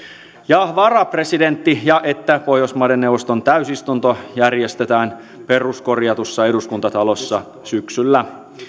ja varapresidentti ja että pohjoismaiden neuvoston täysistunto järjestetään peruskorjatussa eduskuntatalossa syksyllä